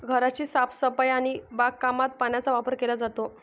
घराची साफसफाई आणि बागकामात पाण्याचा वापर केला जातो